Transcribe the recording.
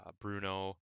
Bruno